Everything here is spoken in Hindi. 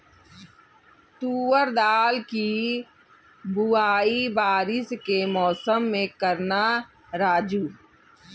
तुवर दाल की बुआई बारिश के मौसम में करना राजू